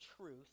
truth